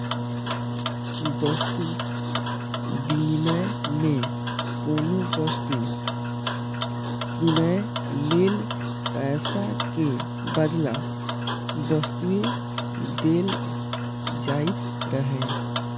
वस्तु विनिमय मे कोनो वस्तु कीनै लेल पैसा के बदला वस्तुए देल जाइत रहै